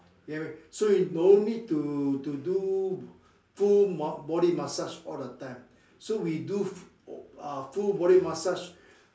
you get me so you no need to to do full body massage all the time so we do uh full body massage